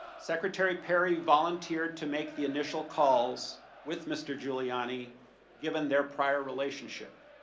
secretary perry volunteered to make the initial calls with mr. giuliani given their prior relationship.